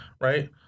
right